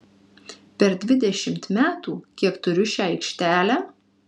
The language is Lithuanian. per dvidešimt metų kiek turiu šią aikštelę